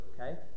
okay